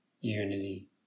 unity